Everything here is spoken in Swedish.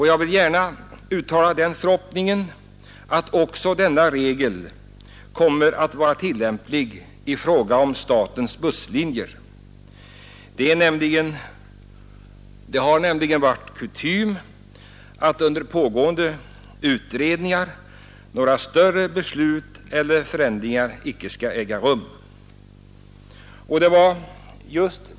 Jag vill gärna uttala den förhoppningen att denna regel kommer att vara tillämplig också i fråga om statens busslinjer. Det har nämligen varit kutym att några större beslut om förändringar inte skall fattas under pågående utredningar.